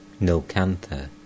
Nilkantha